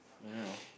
I don't know